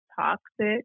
toxic